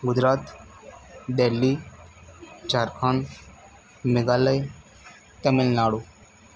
Gujarat Delhi Jharkhand Meghalaya Tamil Nadu